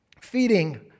feeding